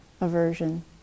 aversion